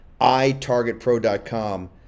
iTargetPro.com